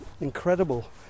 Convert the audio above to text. incredible